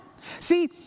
See